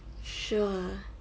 sure